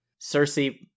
Cersei